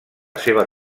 seva